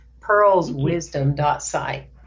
pearlswisdom.site